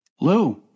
Lou